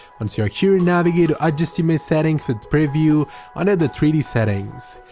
once you are here, and navigate to adjust image settings with preview under the three d settings.